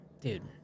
dude